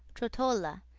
trotula,